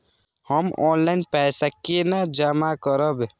हम ऑनलाइन पैसा केना जमा करब?